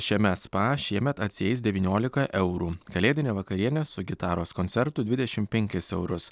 šiame spa šiemet atsieis devyniolika eurų kalėdinė vakarienė su gitaros koncertu dvidešim penkis eurus